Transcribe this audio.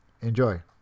Enjoy